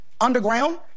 underground